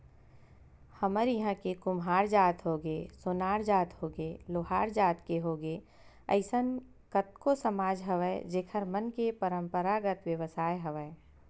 हमर इहाँ के कुम्हार जात होगे, सोनार जात होगे, लोहार जात के होगे अइसन कतको समाज हवय जेखर मन के पंरापरागत बेवसाय हवय